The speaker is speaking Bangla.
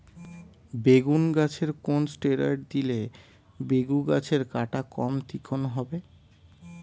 বেগুন গাছে কোন ষ্টেরয়েড দিলে বেগু গাছের কাঁটা কম তীক্ষ্ন হবে?